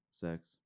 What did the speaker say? sex